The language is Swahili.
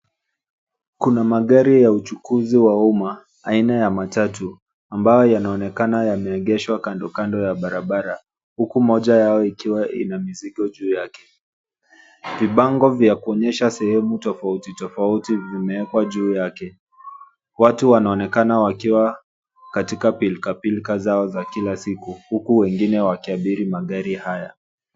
Kuna magari ya uchukuzi wa umma aina ya matatu ambayo yanaonekana yameegeshwa kando kando ya barabara huku moja yao ikiwa ina mizigo juu yake. Vibango vya kuonesha sehemu tofauti tofauti vimewekwa juu yake. Watu wanaonekana wakiwa katika pilkapilka zao za kila siku huku wengine wakiabiri magari haya.